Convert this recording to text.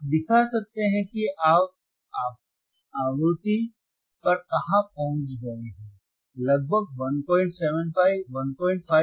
आप दिखा सकते हैं कि आप आवृत्ति पर कहाँ पहुँच गए हैं लगभग 175 15 किलो हर्ट्ज़